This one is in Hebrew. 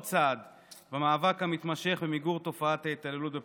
צעד במאבק המתמשך במיגור תופעת ההתעללות בפעוטות.